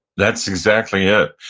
that's exactly it.